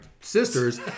sisters